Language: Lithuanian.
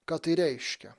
ką tai reiškia